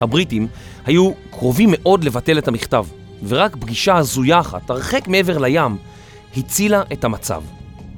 הבריטים היו קרובים מאוד לבטל את המכתב ורק פגישה זויחה, הרחק מעבר לים, הצילה את המצב